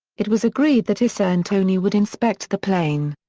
it was agreed that issa and tony would inspect the plane.